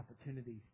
opportunities